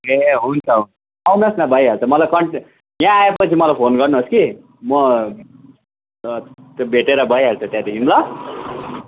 ए हुन्छ हुन्छ आउनुहोस् न भइहाल्छ मलाई कन्ट्याक्ट यहाँ आएपछि मलाई फोन गर्नुहोस् कि म त्यो भेटेर भइहाल्छ त्यहाँदेखि ल